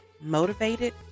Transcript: motivated